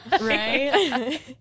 Right